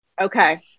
Okay